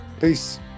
peace